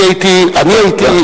אני הייתי נזהר.